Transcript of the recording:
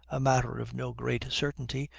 a matter of no great certainty,